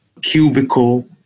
cubicle